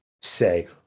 say